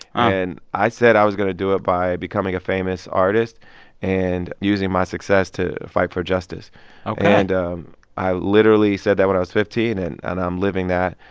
and i said i was going do it by becoming a famous artist and using my success to fight for justice ok and um i literally said that when i was fifteen. and and i'm living that.